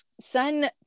sun